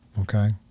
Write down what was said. Okay